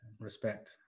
Respect